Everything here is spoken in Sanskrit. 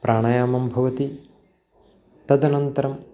प्राणायामं भवति तदनन्तरम्